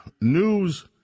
news